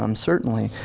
um certainly,